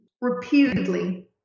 repeatedly